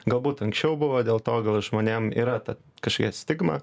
galbūt anksčiau buvo dėl to gal žmonėm yra ta kažkokia stigma